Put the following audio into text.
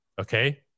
okay